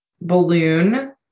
balloon